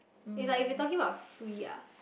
it's like if you're talking about free ah